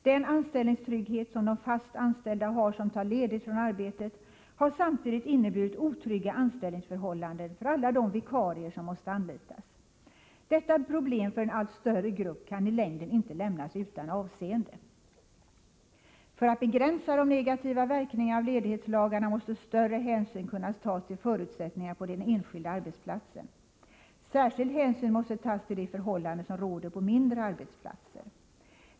Den anställningstrygghet som de fast anställda har som tar ledigt från arbetet har samtidigt inneburit otrygga anställningsförhållanden för alla de vikarier som måste anlitas. Detta problem för en allt större grupp kan i längden inte lämnas utan avseende. För att begränsa de negativa verkningarna av ledighetslagarna måste större hänsyn kunna tas till förutsättningarna på den enskilda arbetsplatsen. Särskild hänsyn måste tas till de förhållanden som råder på mindre arbetsplatser.